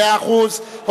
מאה אחוז.